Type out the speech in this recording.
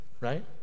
right